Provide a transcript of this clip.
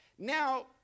Now